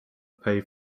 pay